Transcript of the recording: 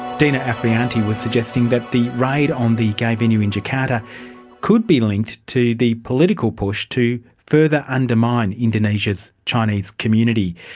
dina afrianty was suggesting that the raid on the gay venue in jakarta could be linked to the political push to further undermine indonesia's chinese community.